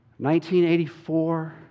1984